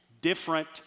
Different